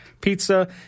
pizza